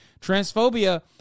Transphobia